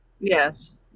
yes